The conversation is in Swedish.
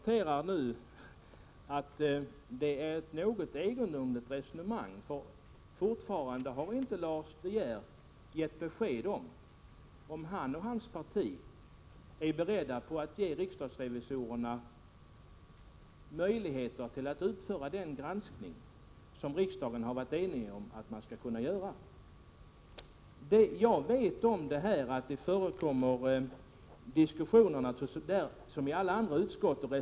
Herr talman! Det är ett något egendomligt resonemang. Lars De Geer har fortfarande inte gett besked om huruvida han och hans parti är beredda att ge riksdagens revisorer möjlighet att utföra den granskning som riksdagen har varit enig om att vi skall utföra. Jag vet att det förekommer diskussioner och reservationer som i alla andra utskott.